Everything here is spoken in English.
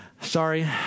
Sorry